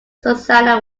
susanna